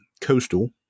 coastal